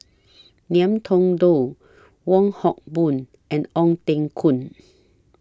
Ngiam Tong Dow Wong Hock Boon and Ong Teng Koon